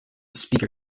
speaker